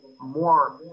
more